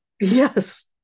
Yes